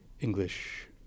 English